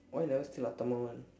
why you never steal amma one